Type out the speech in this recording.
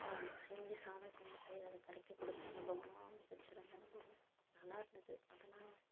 ஆ அது செஞ்சு சாமி கும்பிட்டு அதை கரைக்க கொடுத்த அனுபவமெலாம் மிகச்சிறந்த அனுபவம் நல்லா இருந்தது அதெல்லாம்